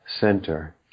center